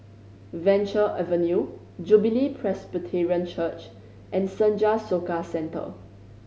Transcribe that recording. Venture Avenue Jubilee Presbyterian Church and Senja Soka Centre